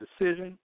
decision